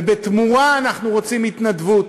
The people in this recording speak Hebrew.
ובתמורה אנחנו רוצים התנדבות.